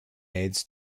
aids